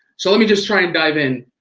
so let me just try and dive in.